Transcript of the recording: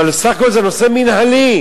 אבל סך הכול זה נושא מינהלי.